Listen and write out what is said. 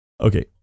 Okay